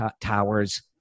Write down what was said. towers